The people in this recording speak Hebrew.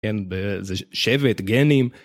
כן, זה שבט, גנים.